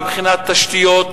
מבחינת תשתיות,